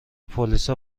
پلیسا